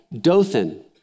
Dothan